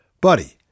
Buddy